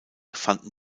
fanden